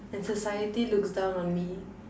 and society looks down on me